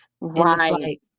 Right